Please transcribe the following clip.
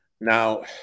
Now